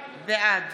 בעד